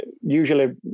usually